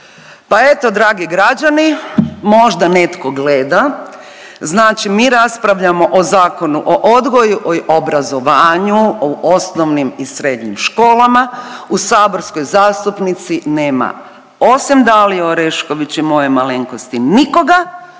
Pa eto dragi građani, možda netko gleda, znači mi raspravljamo o Zakonu o odgoju i obrazovanju u osnovnim i srednjim školama u saborskoj zastupnici nema osim Dalije Orešković i moje malenkosti nikoga,